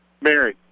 Mary